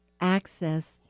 access